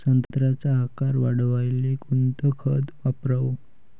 संत्र्याचा आकार वाढवाले कोणतं खत वापराव?